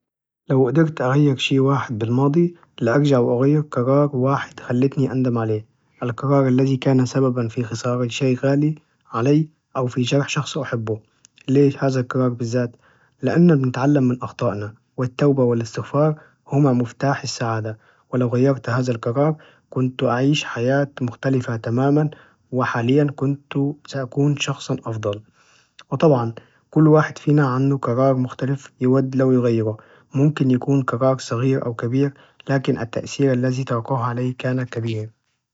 لو قدرت أغير شي واحد بالماضي لأرجع وأغير قرار واحد خلتني أندم عليه القرار الذي كان سببا في خسارة شي غالي علي أو في جرح شخص أحبه، ليش هذا القرار بالزات؟ لأن بنتعلم من أخطائنا والتوبة والإستغفار هم مفتاح السعادة، ولو غيرت هذا القرار كنت أعيش حياة مختلفة تماما وحاليا كنت سأكون شخصا أفضل، وطبعا كل واحد فينا عنده قرار مختلف يود لو يغيره ممكن يكون قرار صغير أو كبير لكن التأثير الذي تركوه عليه كان كبير.